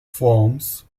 forms